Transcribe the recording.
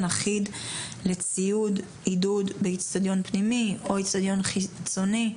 אחיד לציוד עידוד באצטדיון פנימי או אצטדיון חיצוני,